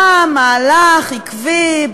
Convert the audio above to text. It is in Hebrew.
היה מהלך עקבי,